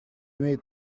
имеет